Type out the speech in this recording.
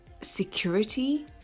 security